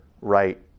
right